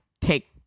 take